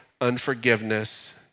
unforgiveness